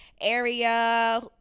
area